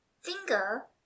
Finger